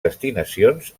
destinacions